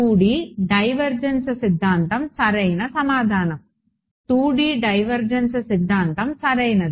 2D divergence సిద్ధాంతం సరైన సమాధానం 2D డైవర్జెన్స్ సిద్ధాంతం సరైనది